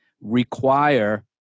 require